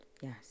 Yes